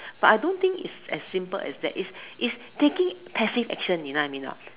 but I don't think is as simple as that is is taking passive action you know what I mean or not